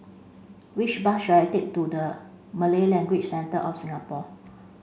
which bus should I take to the Malay Language Centre of Singapore